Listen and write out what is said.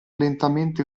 lentamente